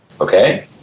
Okay